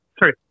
sorry